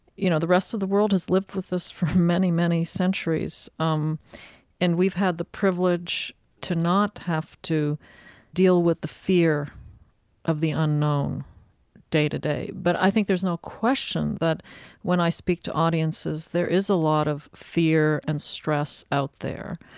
you know, the rest of the world has lived with this for many, many centuries, um and we've had the privilege to not have to deal with the fear of the unknown day to day. but i think there's no question that when i speak to audiences, there is a lot of fear and stress out there.